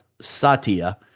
Satya